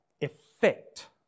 effect